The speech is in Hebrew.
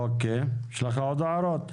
אוקי, יש לך עוד הערות?